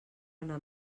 anar